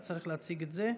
אתה צריך להציג את זה,